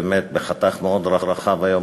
ובאמת נתתם לו ביטוי בפעילות בחתך מאוד רחב היום.